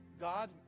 god